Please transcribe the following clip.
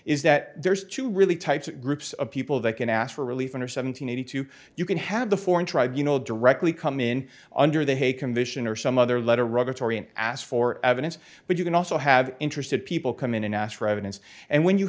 is that there is to really types of groups of people that can ask for relief under seven hundred two you can have the foreign tribe you know directly come in under the hay commission or some other letter rather tory and ask for evidence but you can also have interested people come in and ask for evidence and when you